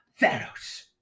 Thanos